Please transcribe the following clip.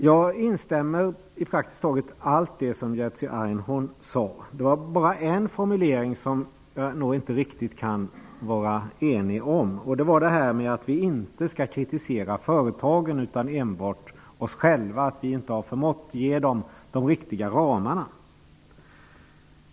Jag instämmer i praktiskt taget allt vad Jerzy Einhorn sade. Bara en formulering håller jag inte riktigt med om. Han sade att vi inte skall kritisera företagen utan enbart oss själva, eftersom vi inte har förmått att ge de riktiga ramarna.